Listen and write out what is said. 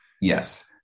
Yes